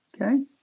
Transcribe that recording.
Okay